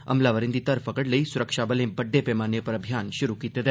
हमलावरें दी धरफकड़ लेई स्रक्षबालें बड्डे पैमाने पर अभियान श्रु कीता ऐ